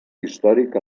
històric